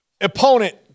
opponent